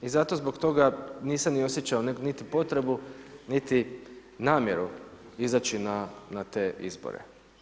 I zato zbog toga nisam ni osjećao, niti potrebu niti namjeru, izaći na te izbore.